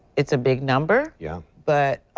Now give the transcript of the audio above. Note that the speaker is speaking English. it's a big number yeah, but